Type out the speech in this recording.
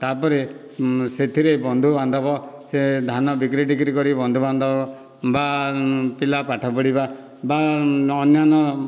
ତା'ପରେ ସେଥିରେ ବନ୍ଧୁବାନ୍ଧବ ସେ ଧାନ ବିକ୍ରି ଟିକ୍ରି କରି ବନ୍ଧୁବାନ୍ଧବ ବା ପିଲା ପାଠ ପଢ଼ିବା ବା ଅନ୍ୟାନ୍ୟ